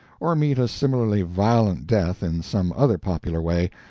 or meet a similarly violent death in some other popular way,